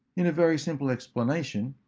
in a very simple explanation,